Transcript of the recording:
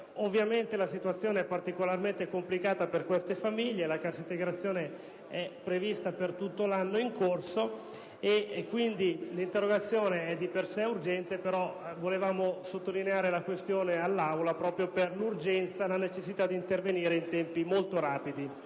Ovviamente, la situazione è molto complicata per queste famiglie, visto che la cassa integrazione è prevista per tutto l'anno in corso. Pertanto, l'interrogazione è di per sé urgente, però volevamo sottolineare la questione all'Aula proprio per la necessità di intervenire in tempi molto rapidi.